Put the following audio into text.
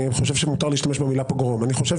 אני חשוב שמותר להשתמש במילה פוגרום.